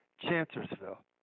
Chancellorsville